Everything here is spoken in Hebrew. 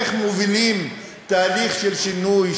איך מובילים תהליך של שינוי,